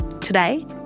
Today